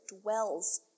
dwells